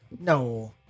No